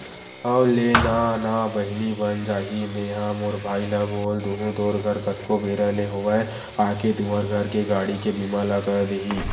हव लेना ना बहिनी बन जाही मेंहा मोर भाई ल बोल दुहूँ तोर घर कतको बेरा ले होवय आके तुंहर घर के गाड़ी के बीमा ल कर दिही